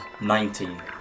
Nineteen